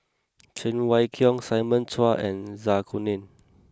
Cheng Wai Keung Simon Chua and Zai Kuning